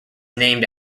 named